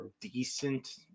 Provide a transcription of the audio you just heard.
decent